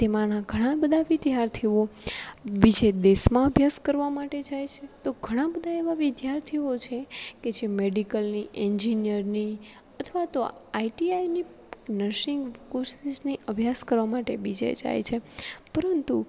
તેમાંના ઘણાં બધાં વિદ્યાર્થીઓ બીજે દેશમાં અભ્યાસ કરવા માટે જાય છે તો ઘણાં બધાં એવાં વિદ્યાર્થીઓ છે કે જે મેડિકલની એંજીનિયરની અથવા તો આઇટીઆઇની નર્સિંગ કોર્સિસની અભ્યાસ કરવા માટે બીજે જાય છે પરંતુ